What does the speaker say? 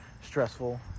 stressful